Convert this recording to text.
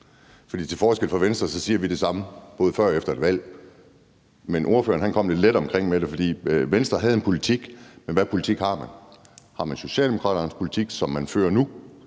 Til forskel fra Venstre siger vi det samme, både før og efter et valg. Men ordføreren kom lidt let omkring det, for Venstre havde en politik, men hvilken politik har man? Har man Socialdemokraternes politik, som man fører nu?